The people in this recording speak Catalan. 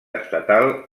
estatal